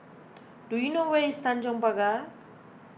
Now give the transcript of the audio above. do you know where is Tanjong Pagar